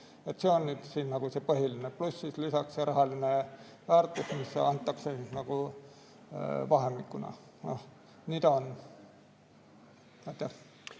see põhiline pluss, lisaks rahaline väärtus, mis antakse nagu vahemikuna. Noh, nii ta on.